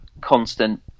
constant